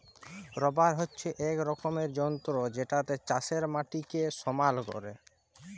roller হচ্যে এক রকমের যন্ত্র জেতাতে চাষের মাটিকে সমাল ক্যরে